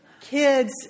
Kids